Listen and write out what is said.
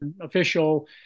official